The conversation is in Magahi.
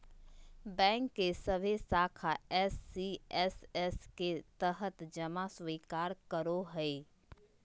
बैंक के सभे शाखा एस.सी.एस.एस के तहत जमा स्वीकार करो हइ